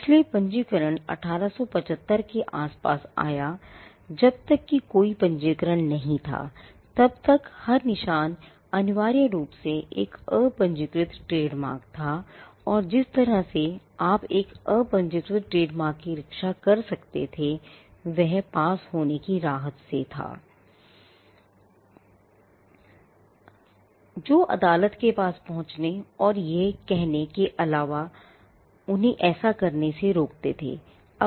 इसलिए पंजीकरण 1875 के आसपास आया जब तक कि कोई पंजीकरण नहीं था तब तक हर निशान अनिवार्य रूप से एक अपंजीकृत ट्रेडमार्क था और जिस तरह से आप एक अपंजीकृत ट्रेडमार्क की रक्षा कर सकते थे वह पास होने की राहत से था जो अदालत के पास पहुंचने और ये कहने के अलावा कुछ भी नहीं था कि कोई आपके उत्पाद के रूप में अपने उत्पादों को पारित कर रहा है और अदालत से उन्हें ऐसा करने से रोकने के लिए कहते है